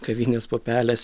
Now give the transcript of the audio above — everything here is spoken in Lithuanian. kavinės pupelės